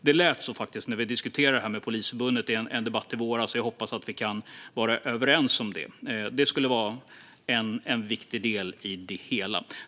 Det lät faktiskt så när vi diskuterade det här med Polisförbundet i en debatt i våras, och jag hoppas att vi kan vara överens om det. Det skulle vara en viktig del i det hela.